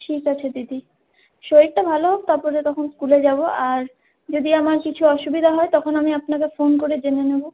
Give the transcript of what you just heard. ঠিক আছে দিদি শরীরটা ভালো হোক তার পরে তখন স্কুলে যাব আর যদি আমার কিছু অসুবিধা হয় তখন আমি আপনাকে ফোন করে জেনে নেব